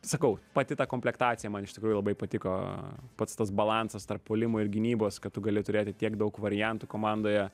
sakau pati ta komplektacija man iš tikrųjų labai patiko pats tas balansas tarp puolimo ir gynybos kad tu gali turėti tiek daug variantų komandoje